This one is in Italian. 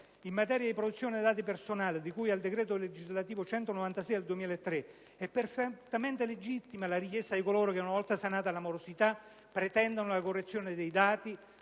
in materia di protezione dei dati personali, di cui al decreto legislativo n. 196 del 2003, è perfettamente legittima la richiesta di coloro che, una volta sanata la morosità, pretendano la correzione dei dati